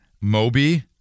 Moby